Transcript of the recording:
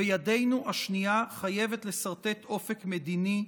וידנו השנייה חייבת לסרטט אופק מדיני,